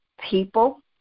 people